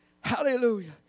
Hallelujah